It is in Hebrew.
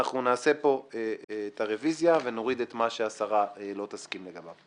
נעשה פה את הרוויזיה ונוריד את מה שהשרה לא תסכים לגביו.